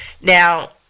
Now